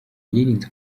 yirinze